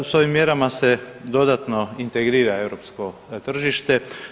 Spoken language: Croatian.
S ovim mjerama se dodatno integrira europsko tržište.